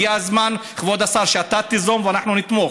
כבוד השר, הגיע הזמן שאתה תיזום, ואנחנו נתמוך,